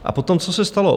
A potom, co se stalo.